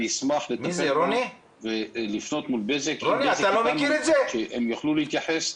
אני אשמח לפנות לבזק שהם יוכלו להתייחס.